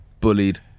bullied